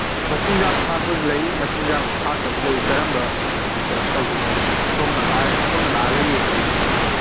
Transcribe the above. ꯃꯆꯤꯟꯖꯥꯛ ꯊꯥꯛꯄꯁꯨ ꯂꯩ ꯃꯆꯤꯟꯖꯥꯛ ꯊꯥꯛꯇꯕꯁꯨ ꯂꯩ ꯀꯔꯝꯕ ꯀꯩꯅꯣ ꯇꯧꯗꯣꯏꯅꯣ ꯁꯣꯝꯅ ꯁꯣꯝꯅ ꯂꯥꯛꯑꯒ ꯌꯦꯡꯉꯁꯤ ꯑꯗꯨꯗꯤ